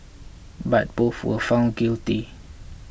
but both were found guilty